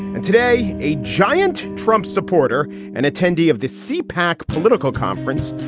and today, a giant trump supporter, an attendee of the c-pac political conference,